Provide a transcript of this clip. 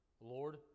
Lord